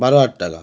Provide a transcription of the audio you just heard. বারো হাজার টাকা